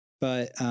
But-